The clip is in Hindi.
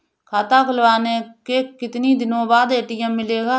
खाता खुलवाने के कितनी दिनो बाद ए.टी.एम मिलेगा?